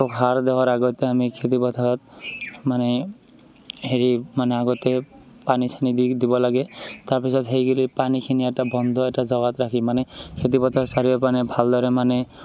সাৰ দিয়াৰ আগতে আমি খেতিপথাৰত মানে হেৰি মানে আগতে পানী চানি দি দিব লাগে তাৰপিছত সেইখিনি পানীখিনি এটা বন্ধ এটা জেগাত ৰাখি মানে খেতিপথাৰ চাৰিওপিনে ভালদৰে মানে